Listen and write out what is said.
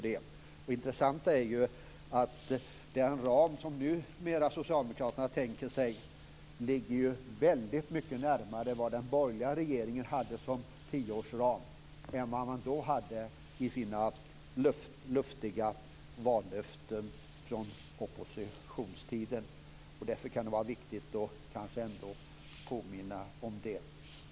Det intressanta är ju att den ram som Socialdemokraterna numera tänker sig ligger väldigt mycket närmare vad den borgerliga regeringen hade som tioårsram än vad Socialdemokraterna hade i sina luftiga vallöften från oppositionstiden. Därför är det viktigt att ändå påminna om det.